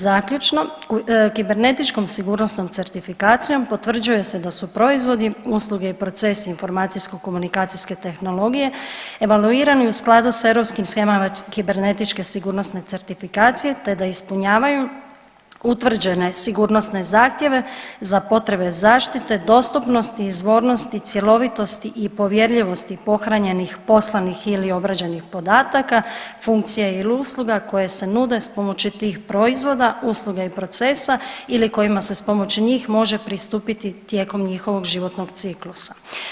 Zaključno, kibenetičkom sigurnosnom certifikacijom potvrđuje se da su proizvodi, usluge i procesi informacijsko komunikacijske tehnologije evaluirani u skladu s europskim … [[Govornica se ne razumije.]] kibernetičke sigurnosne certifikacije te da ispunjavaju utvrđene sigurnosne zahtjeve za potrebe zaštite, dostupnosti, izvornosti, cjelovitosti i povjerljivosti pohranjenih, poslanih ili obrađenih podatka, funkcija ili usluga koje se nude s pomoću tih proizvoda, usluga i procesa ili kojima se uz pomoću njih može pristupiti tijekom njihovog životnog ciklusa.